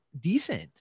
decent